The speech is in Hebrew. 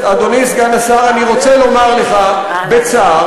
אני רוצה לומר לך בצער,